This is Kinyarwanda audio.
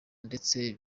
ndetse